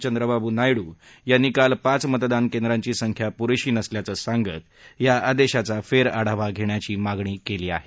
चंद्रबाबू नायडू यांनी काल पाच मतदान केंद्रांची संख्या पुरेशी नसल्याचं सांगत या आदेशाचा फेरआढावा घेण्याची मागणी केली आहे